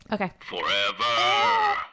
Okay